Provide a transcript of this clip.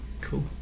Cool